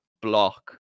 block